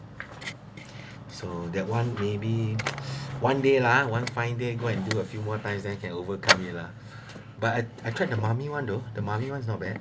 so that one may be one day lah one find day go and do few more times than can overcome it lah but I tried the mummy [one] though the mummy [one] not bad